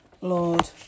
Lord